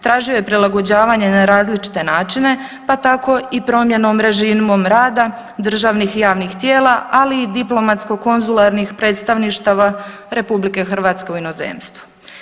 Tražio je prilagođavanje na različite načine, pa tako i promjenom režimom rada državnih i javnih tijela, ali i diplomatsko konzularnih predstavništava RH u inozemstvu.